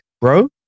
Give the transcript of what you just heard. Bro